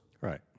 Right